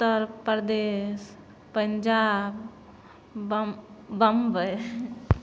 उत्तर प्रदेश पञ्जाब बम बम्बइ